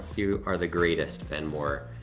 you are the greatest, ben moore.